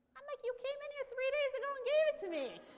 i'm like you came in here three days ago and gave it to me.